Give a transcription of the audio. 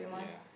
yeah